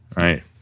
Right